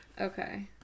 Okay